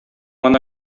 гына